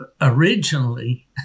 originally